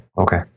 Okay